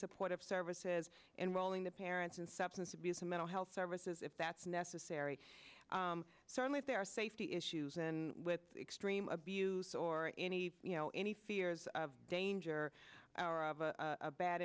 supportive services and rolling the parents and substance abuse and mental health services if that's necessary certainly if there are safety issues in with extreme abuse or any you know any fears of danger our of a bad